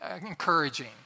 encouraging